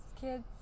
kids